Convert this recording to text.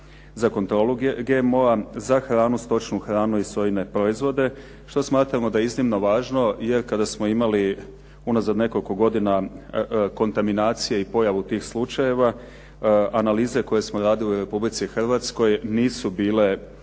za kontrolu GMO-a, za hranu, stočnu hranu i sojine proizvode što smatramo da je iznimno važno. Jer kada smo imali unazad nekoliko godina kontaminacije i pojavu tih slučajeva analize koje smo radili u Republici Hrvatskoj nisu bile